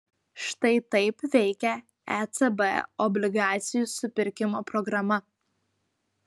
štai taip veikia ecb obligacijų supirkimo programa